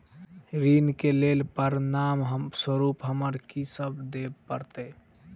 ऋण केँ लेल प्रमाण स्वरूप हमरा की सब देब पड़तय?